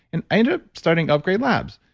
and i ended up starting upgrade labs,